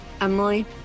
Emily